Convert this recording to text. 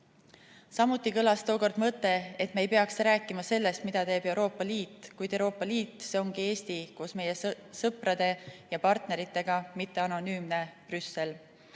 kõlas tookord mõte, et me ei peaks rääkima sellest, mida teeb Euroopa Liit. Kuid Euroopa Liit, see ongi Eesti koos meie sõprade ja partneritega, mitte anonüümne Brüssel.